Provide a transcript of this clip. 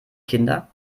kinder